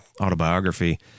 autobiography